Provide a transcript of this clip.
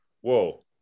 whoa